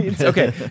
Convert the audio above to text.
Okay